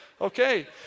okay